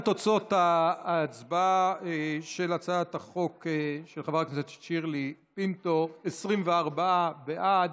להלן תוצאות ההצבעה של הצעת החוק של חברת הכנסת שירלי פינטו: 24 בעד,